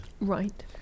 Right